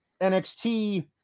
NXT